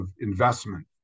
investment